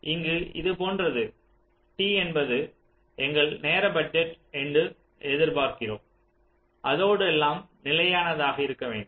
இங்கே இது போன்றது T என்பது எங்கள் நேர பட்ஜெட் என்று எதிர்பார்க்கிறோம் அதோடு எல்லாம் நிலையானதாக இருக்க வேண்டும்